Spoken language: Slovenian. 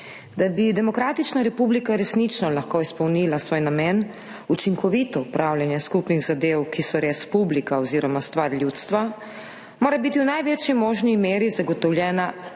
Da bi demokratična republika resnično lahko izpolnila svoj namen, učinkovito upravljanje skupnih zadev, ki so res stvar ljudstva, morajo biti v največji možni meri zagotovljene